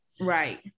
right